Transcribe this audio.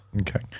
okay